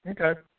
Okay